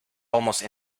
almost